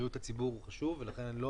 בריאות הציבור היא חשובה ולכן אני לא